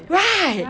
right